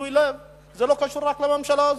בגילוי לב, זה לא קשור רק לממשלה הזאת.